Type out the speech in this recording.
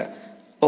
and fire okay